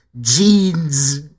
jeans